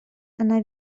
она